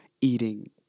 eating